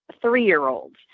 three-year-olds